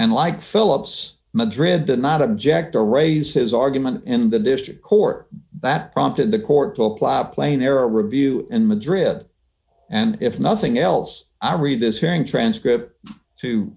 and like philips madrid did not object or raise his argument in the district court that prompted the court to apply a plane air review in madrid and if nothing else i read this hearing transcript to